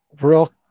real